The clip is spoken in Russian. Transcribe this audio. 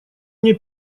мне